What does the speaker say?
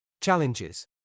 Challenges